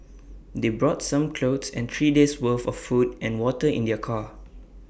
they brought some clothes and three days' worth of food and water in their car